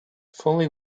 fully